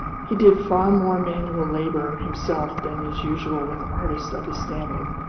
he did far more manual labor himself than is usual with artists of his standing,